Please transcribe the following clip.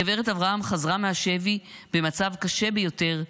הגברת אברהם חזרה מהשבי במצב קשה ביותר,